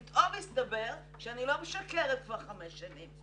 פתאום הסתבר שאני לא משקרת כבר חמש שנים,